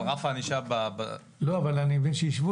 אבל רף הענישה --- אני מבין שהשוו